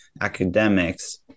academics